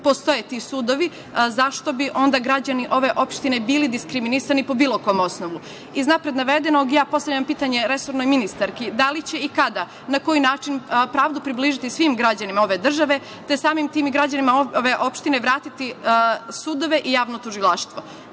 postoje ti sudovi, zašto bi onda građani ove opštine bili diskriminisani po bilo kom osnovu? Iz napred navedenog, postavljam pitanje resornoj ministarki – da li će i kada, na koji način, pravdu približiti svim građanima ove države, te samim tim i građanima ove opštine vratiti sudove i javno tužilaštvo?